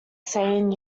sane